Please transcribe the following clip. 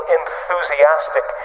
enthusiastic